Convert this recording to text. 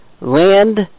land